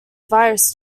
virus